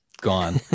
gone